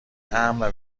امن